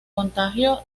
contagio